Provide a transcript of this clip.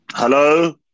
Hello